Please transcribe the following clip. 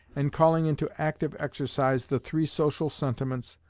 and calling into active exercise the three social sentiments,